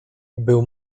był